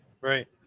right